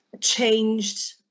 changed